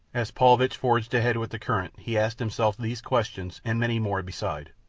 as paulvitch forged ahead with the current he asked himself these questions, and many more beside,